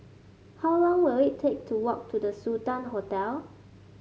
how long will it take to walk to The Sultan Hotel